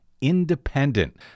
independent